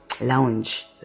lounge